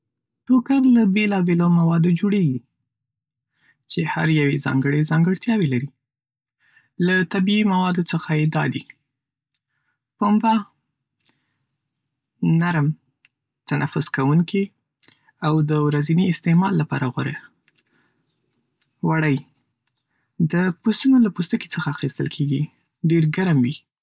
ټوکر له بېلابېلو موادو جوړېږي، چې هر یو یې ځانګړي ځانګړتیاوې لري. له طبیعي موادو څخه دا دي: پنبه– نرم، تنفس‌کوونکی، او د ورځني استعمال لپاره غوره. وړی – د پسونو له پوستکي څخه اخیستل کېږي، ډېر ګرم وي.